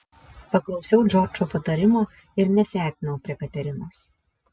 paklausiau džordžo patarimo ir nesiartinau prie katerinos